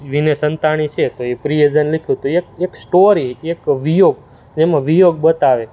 વિનય સંતાણી છે તો ઇ પ્રિયજન લખ્યું તો એક એક સ્ટોરી એક વિયોગ એમાં વિયોગ બતાવે